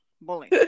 bully